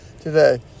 today